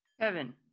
Kevin